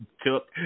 took